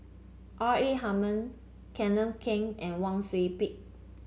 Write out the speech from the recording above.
R A Hamid Kenneth Keng and Wang Sui Pick